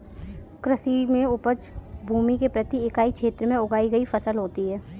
कृषि में उपज भूमि के प्रति इकाई क्षेत्र में उगाई गई फसल होती है